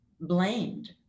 blamed